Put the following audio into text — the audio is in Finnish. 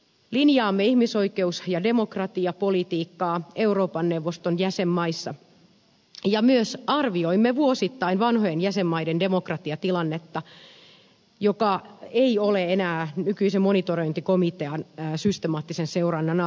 linjaamme ihmisoikeus ja demokratiapolitiikkaa euroopan neuvoston jäsenmaissa ja myös arvioimme vuosittain vanhojen jäsenmaiden demokratiatilannetta joka ei ole enää nykyisen monitorointikomitean systemaattisen seurannan alla